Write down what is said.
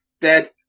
dead